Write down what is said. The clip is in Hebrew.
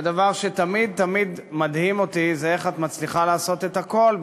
והדבר שתמיד-תמיד מדהים אותי זה איך את מצליחה לעשות את הכול,